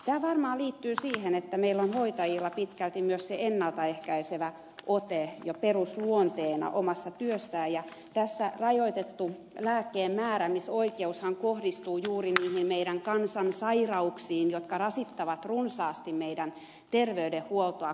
tämä varmaan liittyy siihen että meillä on hoitajilla pitkälti myös se ennalta ehkäisevä ote jo perusluonteena omassa työssään ja tässä rajoitettu lääkkeenmääräämisoikeushan kohdistuu juuri niihin meidän kansansairauksiimme jotka rasittavat runsaasti meidän terveydenhuoltoamme kuten diabetes